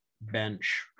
bench